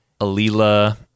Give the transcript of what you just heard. Alila